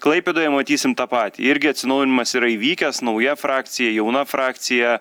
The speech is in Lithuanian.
klaipėdoje matysim tą patį irgi atsinaujinimas yra įvykęs nauja frakcija jauna frakcija